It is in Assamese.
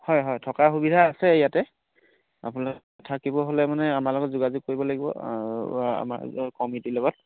হয় হয় থকাৰ সুবিধা আছে ইয়াতে আপোনালোক থাকিব হ'লে মানে আমাৰ লগত যোগাযোগ কৰিব লাগিব আমাৰ কমিটিৰ লগত